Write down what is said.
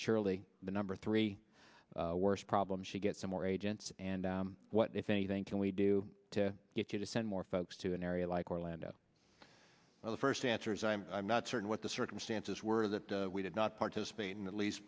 surely the number three worst problem should get some more agents and what if anything can we do to get you to send more folks to an area like orlando the first answer is i'm not certain what the circumstances were that we did not participate in at least